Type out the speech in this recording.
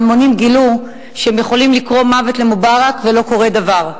ההמונים גילו שהם יכולים לקרוא "מוות למובארק" ולא קורה דבר.